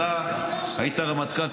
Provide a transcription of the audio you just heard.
אתה היית רמטכ"ל,